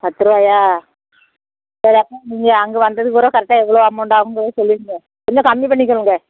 பத்து ரூவாயா சரி அப்போன்னா நீங்கள் அங்க வந்ததுக்கு பிறவு கரெக்டாக எவ்வளோ அமௌண்ட் ஆகுதுங்கறது சொல்லிடுங்க கொஞ்சம் கம்மி பண்ணிக்கோங்க